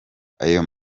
ayo